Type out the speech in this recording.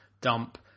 dump